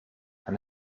aan